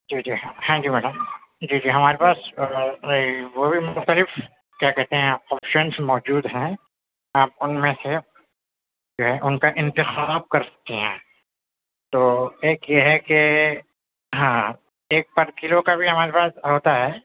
جی جی ہاں جی میڈم جی جی ہمارے پاس وہ بھی مخلتف کیا کہتے ہیں آپشنس موجود ہیں آپ ان میں سے جو ہے ان کا انتخاب کر سکتی ہیں تو ایک یہ ہے کہ ہاں ایک پر کلو کا بھی ہمارے پاس ہوتا ہے